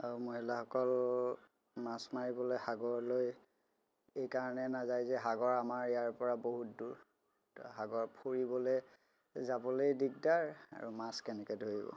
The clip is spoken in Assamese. আৰু মহিলাসকল মাছ মাৰিবলৈ সাগৰলৈ এইকাৰণে নাযায় যে সাগৰ আমাৰ ইয়াৰ পৰা বহুত দূৰ ত' সাগৰ ফুৰিবলৈ যাবলৈই দিগদাৰ আৰু মাছ কেনেকৈ ধৰিব